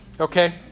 Okay